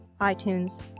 iTunes